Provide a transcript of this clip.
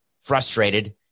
Frustrated